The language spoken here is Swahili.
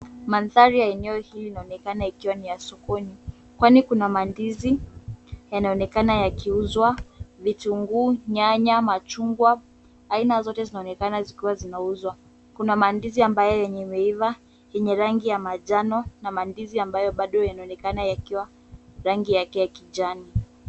Mandhari ya eneo hili linaonekana kuwa ni la sokoni, kwani kuna mandizi yanaonekana yakiuzwa, vitunguu, nyanya, machungwa, aina zote zinaonekana zikiwa zinauzwa. Kuna mandizi ambayo yenye imeiva, yenye rangi ya manjano na mandizi ambayo bado yanaonekana yakiwa rangi yake ya kijani.